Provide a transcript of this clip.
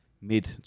mid